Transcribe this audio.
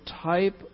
type